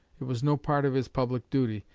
it was no part of his public duty,